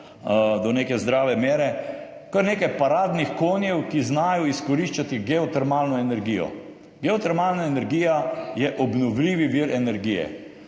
do neke zdrave mere lokalpatriot, kar nekaj paradnih konjev, ki znajo izkoriščati geotermalno energijo. Geotermalna energija je obnovljivi vir energije.